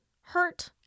hurt